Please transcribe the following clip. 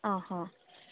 आं हां